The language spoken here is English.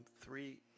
three